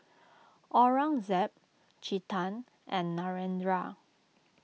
Aurangzeb Chetan and Narendra